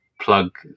plug